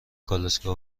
کالسکه